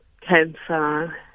cancer